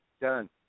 done